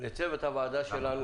הצוות פה עובד עמוק מהבטן.